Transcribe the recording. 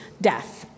death